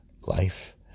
life